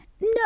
No